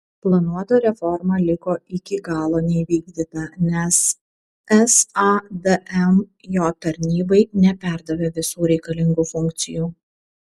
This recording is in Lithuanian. planuota reforma liko iki galo neįvykdyta nes sadm jo tarnybai neperdavė visų reikalingų funkcijų